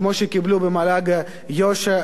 כמו שקיבלו במל"ג יו"ש,